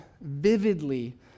vividly